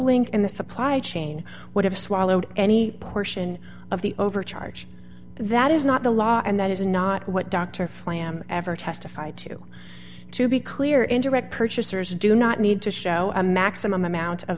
link in the supply chain would have swallowed any portion of the overcharge that is not the law and that is not what dr flamm ever testified to to be clear in direct purchasers do not need to show a maximum amount of